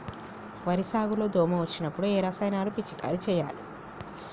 వరి సాగు లో దోమ వచ్చినప్పుడు ఏ రసాయనాలు పిచికారీ చేయాలి?